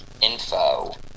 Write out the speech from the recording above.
info